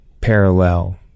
parallel